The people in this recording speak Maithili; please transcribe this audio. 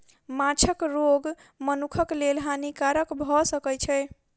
माँछक रोग मनुखक लेल हानिकारक भअ सकै छै